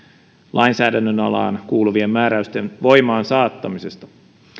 lainsäädännön alaan kuuluvien määräysten voimaansaattamisesta